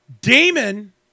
Damon